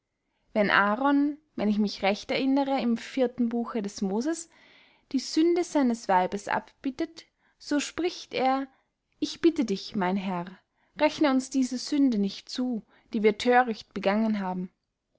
wenn aaron wenn ich mich recht erinnere im vierten buche des moses die sünde seines weibes abbittet so spricht er ich bitte dich mein herr rechne uns diese sünde nicht zu die wir thöricht begangen haben